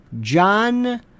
John